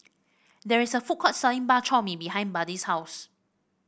there is a food court selling Bak Chor Mee behind Buddy's house